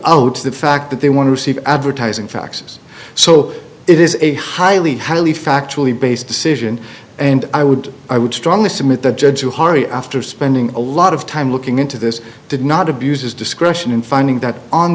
out the fact that they want to receive advertising faxes so it is a highly highly factually based decision and i would i would strongly submit the judge to hari after spending a lot of time looking into this did not abused his discretion in finding that on